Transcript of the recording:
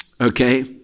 Okay